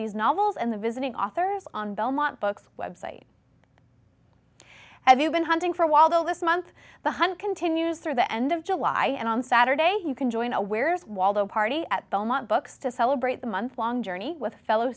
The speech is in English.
these novels and the visiting authors on belmont books website as you've been hunting for a while though this month the hunt continues through the end of july and on saturdays you can join a where's waldo party at belmont books to celebrate the month long journey with fellow